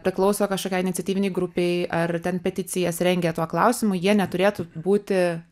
priklauso kažkokiai iniciatyvinei grupei ar ten peticijas rengia tuo klausimu jie neturėtų būti